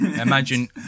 imagine